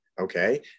Okay